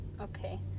Okay